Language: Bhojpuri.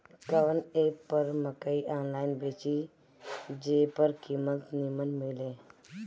कवन एप पर मकई आनलाइन बेची जे पर कीमत नीमन मिले?